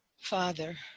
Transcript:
Father